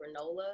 granola